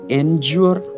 endure